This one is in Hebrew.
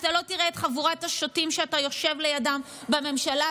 אתה לא תראה את חבורת השוטים שאתה יושב לידם בממשלה,